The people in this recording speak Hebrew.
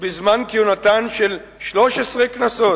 בזמן כהונתן של 13 כנסות.